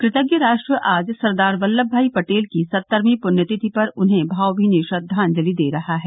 कृतज्ञ राष्ट्र आज सरदार वल्लभ भाई पटेल की सत्तरवीं पृण्यतिथि पर उन्हें भावभीनी श्रद्वांजलि दे रहा है